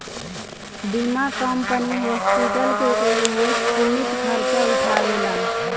बीमा company hospital के एगो सीमित खर्चा उठावेला